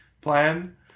plan